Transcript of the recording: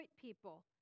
people